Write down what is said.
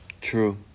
True